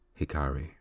hikari